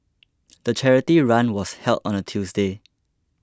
the charity run was held on a Tuesday